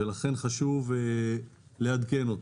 לכן חשוב לעדכן אותו.